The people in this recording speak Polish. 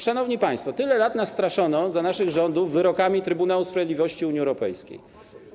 Szanowni państwo, tyle lat straszono nas za naszych rządów wyrokami Trybunału Sprawiedliwości Unii Europejskiej.